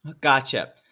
Gotcha